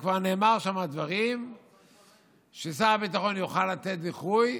וכבר נאמרו שם דברים ששר הביטחון יוכל לתת דיחוי,